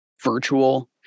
virtual